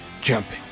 jumping